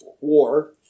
war